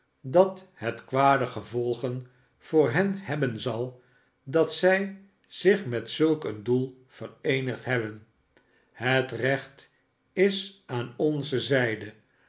dat het kwade gevolgen voor hen hebben zal dat zij zich met zulk een doel vereenigd hebben het recht is aan onze zijde